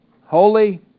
Holy